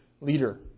leader